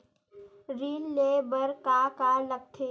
ऋण ले बर का का लगथे?